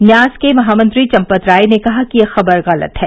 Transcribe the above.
न्यास के महामंत्री चम्पत राय ने कहा कि यह खबर गलत है